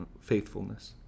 faithfulness